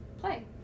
play